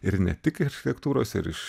ir ne tik architektūros ir iš